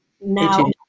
Now